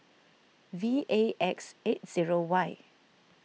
V A X eight zero Y